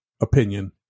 opinion